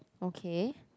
okay